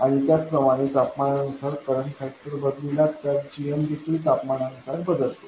आणि त्याचप्रमाणे तापमानानुसार करंट फॅक्टर बदलू लागताच gm देखील तापमानानुसार बदलतो